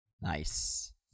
Nice